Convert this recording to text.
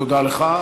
תודה לך.